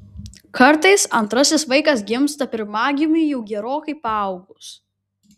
kartais antrasis vaikas gimsta pirmagimiui jau gerokai paaugus